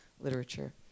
literature